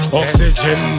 oxygen